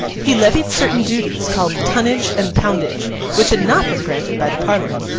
he levied certain duties called tonnage and poundage which had not been granted by the parliament,